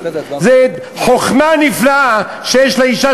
זו חוכמה נפלאה שיש לאישה,